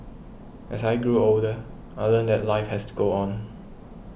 as I grew older I learnt that life has to go on